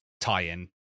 tie-in